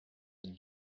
and